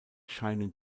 scheinen